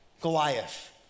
Goliath